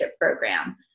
program